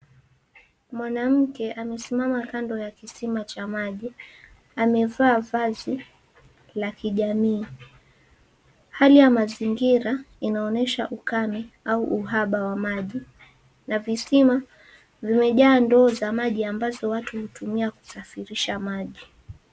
Mwanamke amesimama kando ya kisima cha maji, amevaa vazi la kijamii. Hali ya mazingira inaonesha ukame au uhaba wa maji na visima vimejaa ndoo za maji ambazo watu hutumia kusafirisha maji.